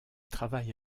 travaille